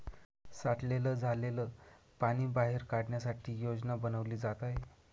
साठलेलं झालेल पाणी बाहेर काढण्यासाठी योजना बनवली जात आहे